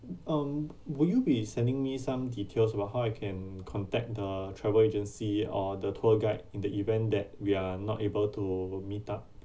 um will you be sending me some details about how I can contact the travel agency or the tour guide in the event that we are not able to meet up